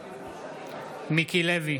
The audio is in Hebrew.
בעד מיקי לוי,